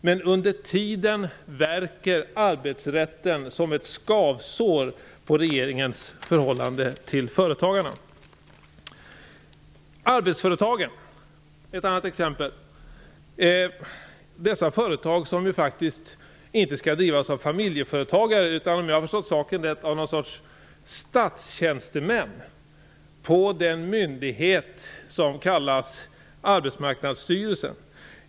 Men under tiden värker arbetsrätten som ett skavsår på regeringens förhållande till företagarna." Arbetsföretagen är ett annat exempel. Dessa företag skall faktiskt inte drivas av familjeföretagare utan - om jag förstått saken rätt - av någon sorts statstjänstemän på den myndighet som kallas Arbetsmarknadsstyrelsen.